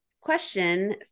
question